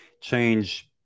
change